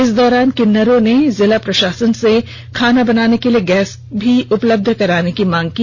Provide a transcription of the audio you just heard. इस दौरान किन्नरों ने जिला प्रशासन से खाना बनाने के लिए गैस भी उपलब्ध कराने की मांग की